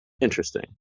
interesting